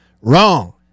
Wrong